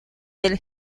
del